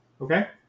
Okay